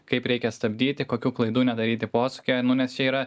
kaip reikia stabdyti kokių klaidų nedaryti posūkyje nu nes čia yra